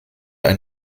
ein